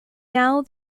now